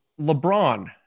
LeBron